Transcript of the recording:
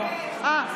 נגד עידית סילמן,